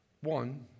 One